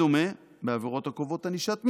בדומה, בעבירות הקובעות ענישת מינימום,